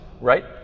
right